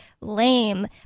lame